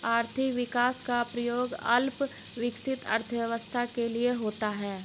आर्थिक विकास का प्रयोग अल्प विकसित अर्थव्यवस्था के लिए होता है